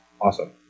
awesome